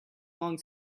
long